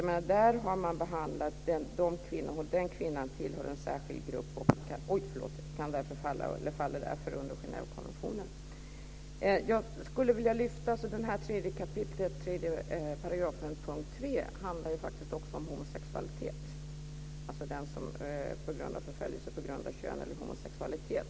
Den här kvinnan tillhör en särskild grupp och faller därför under Genèvekonventionen. Jag skulle vilja lyfta fram att utlänningslagens 3 kap. 3 § punkt 3 faktiskt också handlar om homosexualitet, om den som blir förföljd "på grund av sitt kön eller homosexualitet".